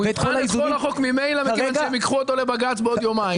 הוא יבחן את כל החוק ממילא מכיוון שהם ייקחו אותו לבג"צ בעוד יומיים.